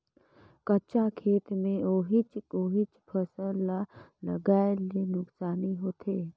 कंचा खेत मे ओहिच ओहिच फसल ल लगाये ले नुकसानी होथे